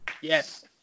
Yes